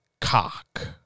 cock